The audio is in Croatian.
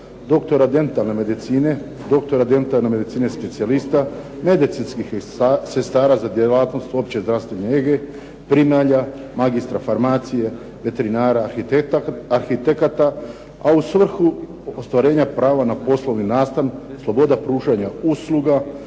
doktora dentalne medicine, doktora dentalne medicine specijalista, medicinskih sestara za djelatnost opće zdravstvene regije, primalja, magistra farmacije, veterinara, arhitekata, a u svrhu ostvarenja prava na poslovni nastan, sloboda pružanja usluga,